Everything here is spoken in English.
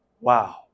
Wow